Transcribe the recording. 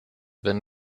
wenn